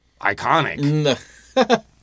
iconic